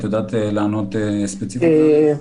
את יודעת לענות ספציפית על זה?